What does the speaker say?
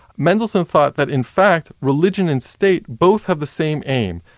mendelssohn thought that in fact religion and state both have the same aim,